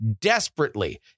desperately